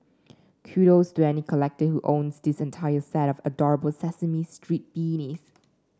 kudos to any collector who owns this entire set of adorable Sesame Street beanies